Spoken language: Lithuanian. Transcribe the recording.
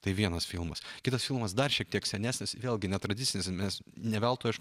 tai vienas filmas kitas filmas dar šiek tiek senesnis vėlgi netradicinėmis nes ne veltui aš